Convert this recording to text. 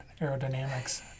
aerodynamics